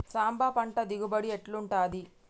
సాంబ పంట దిగుబడి ఎట్లుంటది?